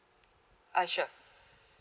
uh sure